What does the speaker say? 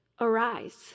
Arise